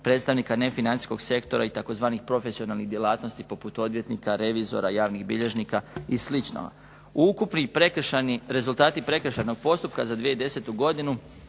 predstavnika nefinancijskog sektora i tzv. profesionalnih djelatnosti poput odvjetnika, revizora, javnih bilježnika i slično. Ukupni prekršajni, rezultati prekršajnog postupka za 2010. godinu